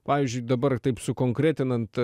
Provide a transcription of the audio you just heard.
pavyzdžiui dabar taip sukonkretinant